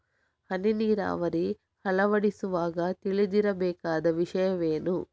ಹನಿ ನೀರಾವರಿ ಅಳವಡಿಸುವಾಗ ತಿಳಿದಿರಬೇಕಾದ ವಿಷಯವೇನು?